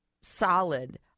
solid